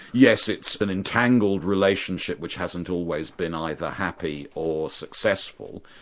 yes it's an entangled relationship which hasn't always been either happy or successful,